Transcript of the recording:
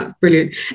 Brilliant